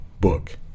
book